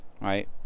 right